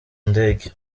ndege